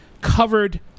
covered